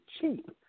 cheap